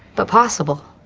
but possible?